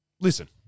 Listen